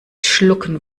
schlucken